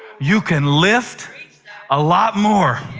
you can lift a lot more,